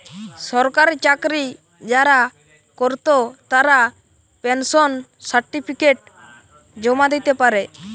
সরকারি চাকরি যারা কোরত তারা পেনশন সার্টিফিকেট জমা দিতে পারে